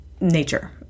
nature